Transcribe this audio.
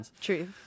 True